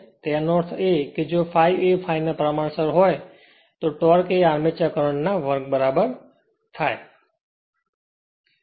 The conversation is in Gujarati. તેનો અર્થ જો ∅ એ ∅ ના પ્રમાણસર હોય તો તેનો અર્થ એ કે ટોર્ક એ આર્મેચર કરંટ ના વર્ગ બરાબર થાય